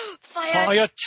Fire